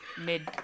mid